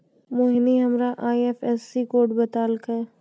मोहिनी हमरा IFSC code बतैलकै